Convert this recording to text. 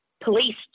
police